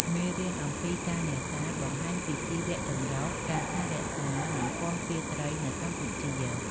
មេរៀនអំពីការនេសាទបង្ហាញពីជីវចម្រុះ ការថែរក្សា និងគាំពារត្រីនៅកម្ពុជា។